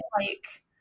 like-